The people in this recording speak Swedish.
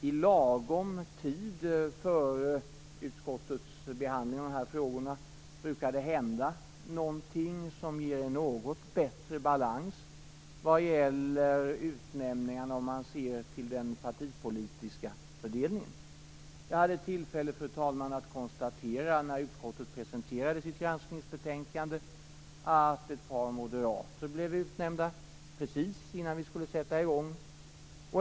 I lagom tid före utskottets behandling av dessa frågor brukar det hända något som ger en något bättre balans när det gäller utnämningarna om man ser till den partipolitiska fördelningen. När utskottet presenterade sitt granskningsbetänkande hade jag tillfälle att konstatera att ett par moderater blev utnämnda precis innan vi skulle sätta i gång.